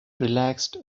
relaxed